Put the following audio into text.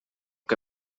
que